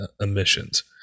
emissions